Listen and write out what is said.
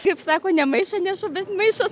kaip sako ne maišą nešu bet maišas